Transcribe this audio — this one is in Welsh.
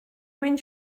wyn